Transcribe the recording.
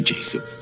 Jacob